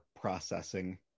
processing